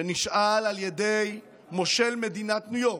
שנשאל על ידי מושל מדינת ניו יורק: